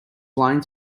flying